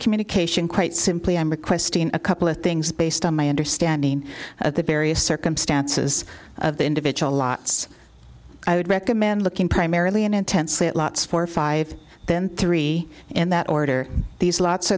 communication quite simply i'm requesting a couple of things based on my understanding of the various circumstances of the individual lots i would recommend looking primarily in intensely at lots for five then three in that order these lots